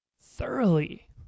thoroughly